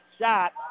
shot